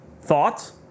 Thoughts